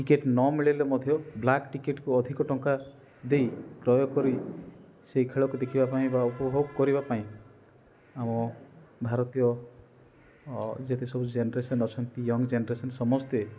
ticket ନ ମିଳିଲେ ମଧ୍ୟ ବ୍ଲାକ୍ ଟିକେଟ୍କୁ ଅଧିକ ଟଙ୍କା ଦେଇ କ୍ରୟ କରି ସେଇ ଖେଳକୁ ଦେଖିବା ପାଇଁ ବା ଉପଭୋଗ କରିବାପାଇଁ ଆମ ଭାରତୀୟ ଯେତେସବୁ ଜେନେରେସନ୍ ଅଛନ୍ତି ୟଙ୍ଗ୍ ଜେନେରେସନ୍ ସମସ୍ତେ